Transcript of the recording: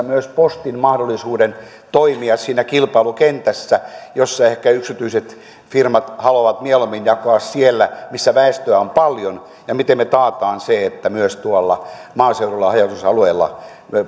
myös postin mahdollisuuden toimia siinä kilpailukentässä jossa ehkä yksityiset firmat haluavat mieluummin jakaa siellä missä väestöä on paljon ja miten me takaamme sen että myös tuolla maaseudulla haja asutusalueella